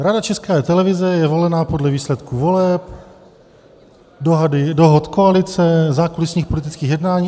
Rada České televize je volena podle výsledků voleb, dohod koalice, zákulisních politických jednání.